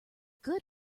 good